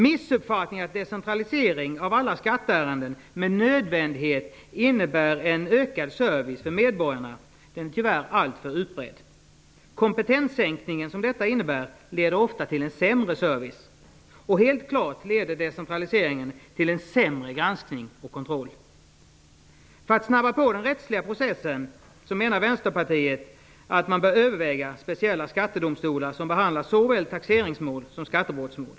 Missuppfattningen att decentralisering av alla skatteärenden med nödvändighet innebär en ökad service för medborgarna är tyvärr alltför utbredd. Den kompetenssänkning som detta innebär leder ofta till en sämre service, och helt klart leder decentraliseringen till en sämre granskning och kontroll. För att snabba på den rättsliga processen menar Vänsterpartiet att man bör överväga speciella skattedomstolar som behandlar såväl taxeringsmål som skattebrottsmål.